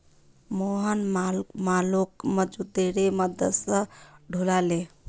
मोहन मालोक मजदूरेर मदद स ढूला ले